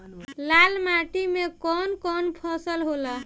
लाल माटी मे कवन कवन फसल होला?